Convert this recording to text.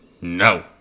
No